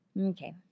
Okay